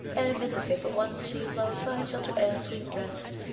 and mid the faithful ones she loves, finds shelter and sweet rest.